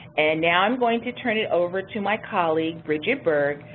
and now, i'm going to turn it over to my colleague, bridget berg,